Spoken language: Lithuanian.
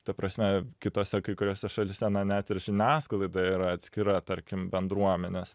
ta prasme kitose kai kuriose šalyse na net ir žiniasklaida yra atskira tarkim bendruomenės